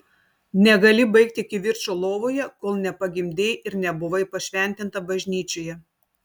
negali baigti kivirčo lovoje kol nepagimdei ir nebuvai pašventinta bažnyčioje